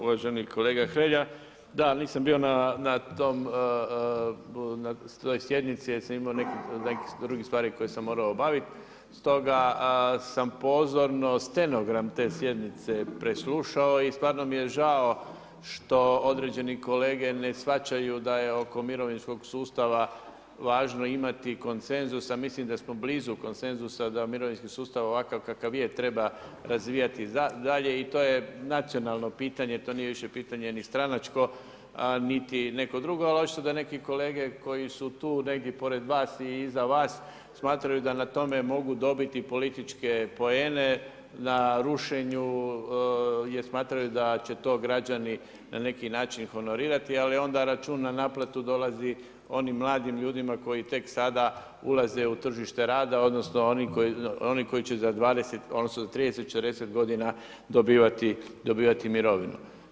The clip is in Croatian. Uvaženi kolega Hrelja, da nisam bio na toj sjednici jer sam imao nekih drugih stvari koje sam morao obaviti, stoga sam pozorno stenogram te sjednice preslušao i stvarno mi je žao što određeni kolege ne shvaćaju da je oko mirovinskog sustava važno imati konsenzus, a mislim da smo blizu konsenzusa, da mirovinski sustav ovakav kakav je treba razvijati dalje i to je nacionalno pitanje, to nije više pitanje ni stranačko niti neko drugo, ali očito da neki kolege koji su tu negdje pored vas i iza vas smatraju da na tome mogu dobiti političke poene, jer smatraju da će to građani na neki način honorirati, ali onda račun na naplatu dolazi onim mladim ljudima koji tek sada ulaze u tržište rada, odnosno oni koji će za 20, 30, 40 godina dobivati mirovinu.